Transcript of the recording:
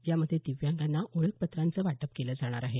यामध्ये दिव्यांगांना ओळखपत्रांचं वाटप केलं जाणार आहे